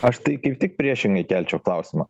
aš tai kaip tik priešingai kelčiau klausimą